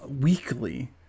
weekly